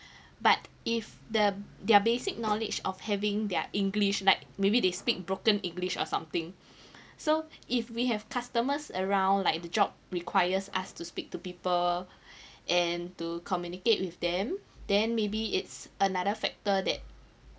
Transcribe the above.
but if the their basic knowledge of having their english like maybe they speak broken english or something so if we have customers around like the job requires us to speak to people and to communicate with them then maybe it's another factor that